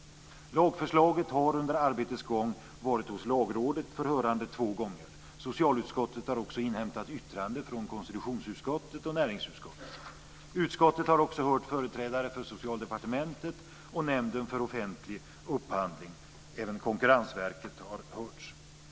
Lagförslaget har under arbetets gång varit hos Lagrådet för hörande två gånger. Socialutskottet har också inhämtat yttrande från konstitutionsutskottet och näringsutskottet. Utskottet har också hört företrädare för Socialdepartementet och Nämnden för offentlig upphandling. Även Konkurrensverket har hörts.